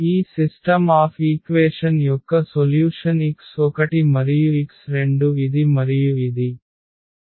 ఈ system of equation యొక్క solution x1 మరియు x2 ఇది మరియు ఇది 10T